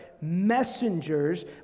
messengers